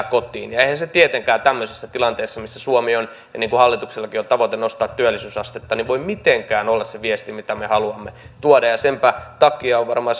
kotiin ja eihän se tietenkään tämmöisessä tilanteessa missä suomi on ja kun hallituksellakin on tavoite nostaa työllisyysastetta voi mitenkään olla se viesti mitä me haluamme tuoda senpä takia on varmaan